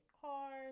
cars